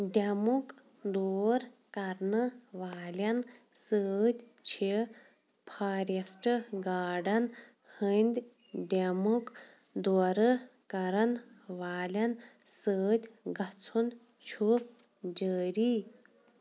ڈٮ۪مُک دور کَرنہٕ والٮ۪ن سۭتۍ چھِ فارٮ۪سٹہٕ گارڈن ہٕنٛدۍ ڈٮ۪مُک دورٕ کَرن والٮ۪ن سۭتۍ گَژھُن چھُ جٲری